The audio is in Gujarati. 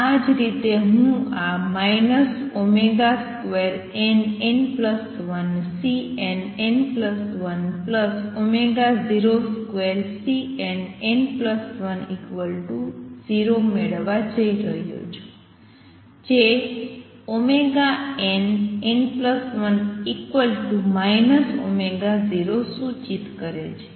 આ જ રીતે હું આ ωnn12Cnn102Cnn10 મેળવવા જઇ રહ્યો છું જે nn1 0 સૂચિત કરે છે